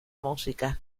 música